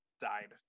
died